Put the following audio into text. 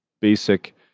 basic